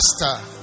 master